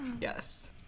Yes